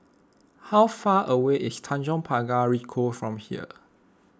how far away is Tanjong Pagar Ricoh from here